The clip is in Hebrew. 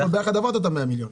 ביחד עברת את ה-100 מיליון.